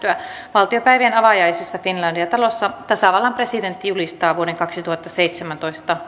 valtiopäivien avajaisissa finlandia talossa tasavallan presidentti julistaa vuoden kaksituhattaseitsemäntoista